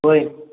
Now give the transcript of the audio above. होय